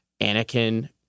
Anakin